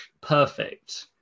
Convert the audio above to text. perfect